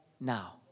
now